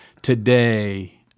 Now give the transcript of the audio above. Today